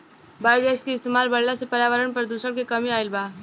biogas के इस्तमाल बढ़ला से पर्यावरण में प्रदुषण में कमी आइल बा